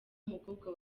umukobwa